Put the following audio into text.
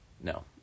No